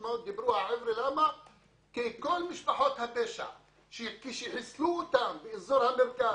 כל משפחות הפשע כשחיסלו אותן באזור המרכז,